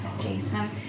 Jason